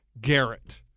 Garrett